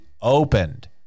opened